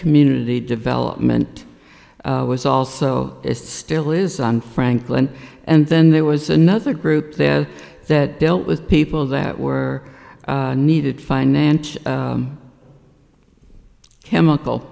community development was also is still is on franklin and then there was another group there that dealt with people that were needed financial chemical